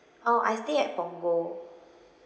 uh I stay at punggol